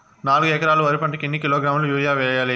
నాలుగు ఎకరాలు వరి పంటకి ఎన్ని కిలోగ్రాముల యూరియ వేయాలి?